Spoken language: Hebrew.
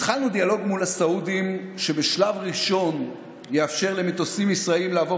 התחלנו דיאלוג מול הסעודים שבשלב ראשון יאפשר למטוסים ישראליים לעבור